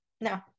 no